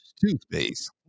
toothpaste